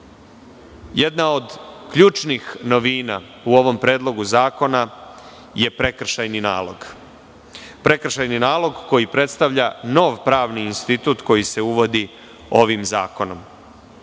licu. Jedna od ključnih novina u ovom predlogu zakona je prekršajni nalog, prekršajni nalog koji predstavlja nov pravni institut koji se uvodi ovim zakonom.